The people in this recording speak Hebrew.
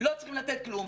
לא צריכים לתת כלום.